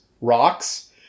rocks